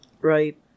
Right